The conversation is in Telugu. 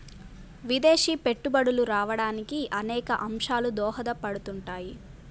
విదేశీ పెట్టుబడులు రావడానికి అనేక అంశాలు దోహదపడుతుంటాయి